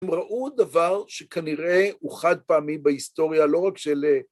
הם ראו דבר שכנראה הוא חד פעמי בהיסטוריה, לא רק של...